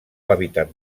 hàbitat